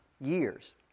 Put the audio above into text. years